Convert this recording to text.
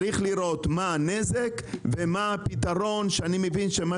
צריך לראות מה הנזק ומה הפתרון שאני מבין שמה